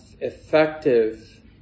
effective